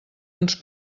uns